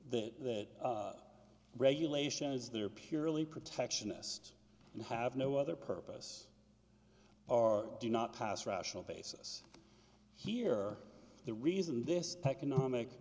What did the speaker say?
that that regulation is there purely protectionist and have no other purpose or do not pass rational basis here the reason this economic